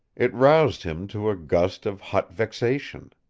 it roused him to a gust of hot vexation.